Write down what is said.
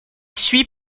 suit